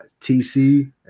TC